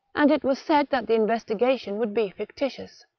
and it was said that the investigation would be fictitious,